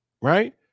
right